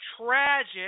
tragic